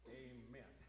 amen